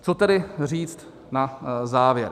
Co tedy říct na závěr?